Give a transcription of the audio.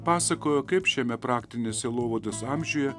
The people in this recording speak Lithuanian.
pasakojo kaip šiame praktinės sielovados amžiuje